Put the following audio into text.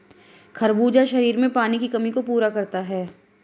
खरबूजा शरीर में पानी की कमी को पूरा करता है